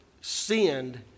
sinned